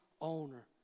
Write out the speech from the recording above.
owner